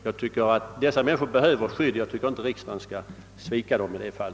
Jag tycker att dessa människor behöver skydd, och jag tycker inte att riksdagen skall svika dem i detta fall.